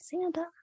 Santa